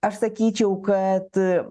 aš sakyčiau kad